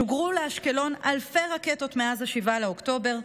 שוגרו לאשקלון אלפי רקטות מאז 7 באוקטובר,